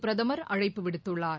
பிரதமர் அழைப்பு விடுத்துள்ளார்